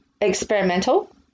experimental